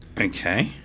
okay